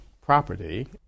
property